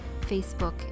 Facebook